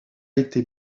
été